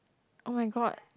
oh-my-god